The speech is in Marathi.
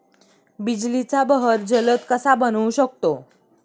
बिजलीचा बहर जलद कसा बनवू शकतो?